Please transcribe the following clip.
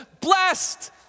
blessed